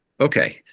Okay